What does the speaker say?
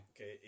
Okay